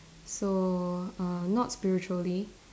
so uh not spiritually